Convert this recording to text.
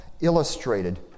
illustrated